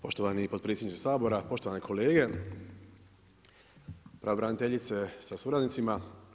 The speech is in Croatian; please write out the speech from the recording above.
Poštovani potpredsjedniče Sabora, poštovane kolege, pravobraniteljice sa suradnicima.